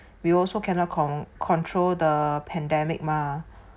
we also cannot con~ control the pandemic mah